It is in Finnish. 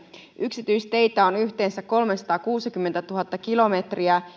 yksityisteitä on yhteensä kolmesataakuusikymmentätuhatta kilometriä